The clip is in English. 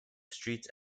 streets